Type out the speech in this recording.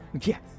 Yes